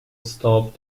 stop